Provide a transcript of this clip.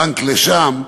בנק לשם.